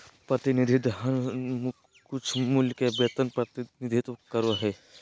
प्रतिनिधि धन कुछमूल्य के वेतन प्रतिनिधित्व करो हइ